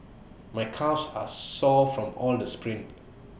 my calves are sore from all the sprints